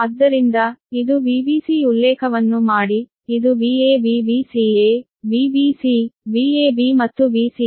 ಆದ್ದರಿಂದ ಇದು Vbc ಉಲ್ಲೇಖವನ್ನು ಮಾಡಿ ಇದು Va V Vca VbcVab ಮತ್ತು Vca